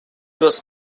was